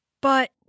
But